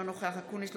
אינו נוכח אופיר אקוניס,